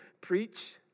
preach